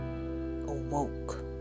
awoke